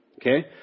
Okay